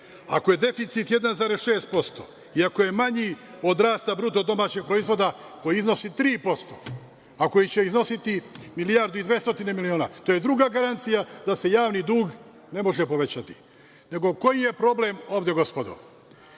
Ako je deficit 1,6% i ako je manji od rasta BDP koji iznosi 3%, a koji će iznositi milijardu i 200 miliona, to je druga garancija da se javni dug ne može povećati. Nego, koji je problem ovde, gospodo?